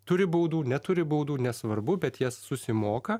turi baudų neturi baudų nesvarbu bet jas susimoka